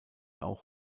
auch